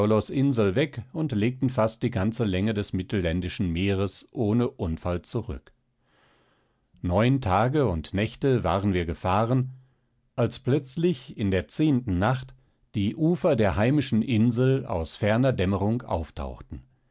insel weg und legten fast die ganze länge des mittelländischen meeres ohne unfall zurück neun tage und nächte waren wir gefahren als plötzlich in der zehnten nacht die ufer der heimischen insel aus ferner dämmerung auftauchten